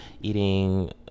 eating